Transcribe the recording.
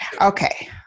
Okay